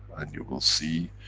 and you will see,